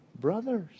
brothers